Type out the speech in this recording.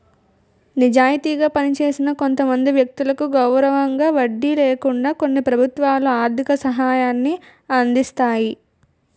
నిజాయితీగా పనిచేసిన కొంతమంది వ్యక్తులకు గౌరవంగా వడ్డీ లేకుండా కొన్ని ప్రభుత్వాలు ఆర్థిక సహాయాన్ని అందిస్తాయి